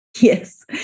Yes